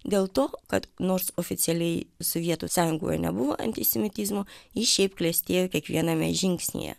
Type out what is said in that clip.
dėl to kad nors oficialiai sovietų sąjungoje nebuvo antisemitizmo jis šiaip klestėjo kiekviename žingsnyje